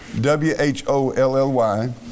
W-H-O-L-L-Y